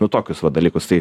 nu tokius va dalykus tai